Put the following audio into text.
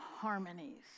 harmonies